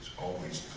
always